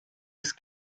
ist